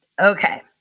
Okay